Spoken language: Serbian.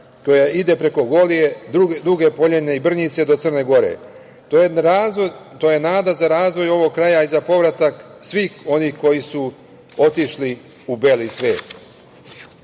koja ide preko Golije, Duge Poljane i Brnjice, do Crne Gore. To je nada za razvoj ovog kraja i za povratak svih onih koji su otišli u beli